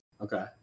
Okay